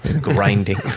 grinding